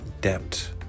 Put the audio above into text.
Debt